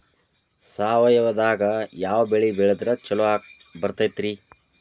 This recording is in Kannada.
ಸಾವಯವದಾಗಾ ಯಾವ ಬೆಳಿ ಬೆಳದ್ರ ಛಲೋ ಬರ್ತೈತ್ರಿ?